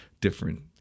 different